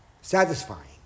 satisfying